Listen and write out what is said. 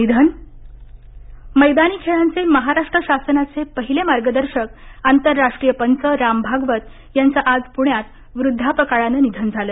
निधन मैदानी खेळांचे महाराष्ट्र शासनाचे पाहिले मार्गदर्शक आंतरराष्ट्रीय पंच राम भागवत यांचे आज पुण्यात वृद्धापकाळाने निधन झाले